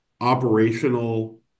operational